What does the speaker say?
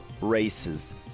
races